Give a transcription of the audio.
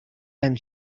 and